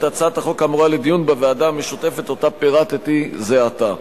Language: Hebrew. הצעת החוק האמורה לדיון בוועדה המשותפת שפירטתי זה עתה.